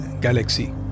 galaxy